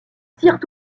tirent